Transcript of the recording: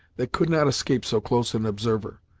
that could not escape so close an observer.